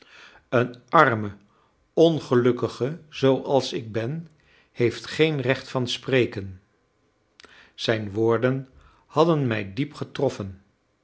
een arme ongelukkige zooals ik ben heeft geen recht van spreken zijn woorden hadden mij diep getroffen